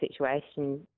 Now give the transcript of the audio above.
situation